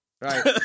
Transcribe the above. Right